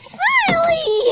Smiley